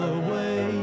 away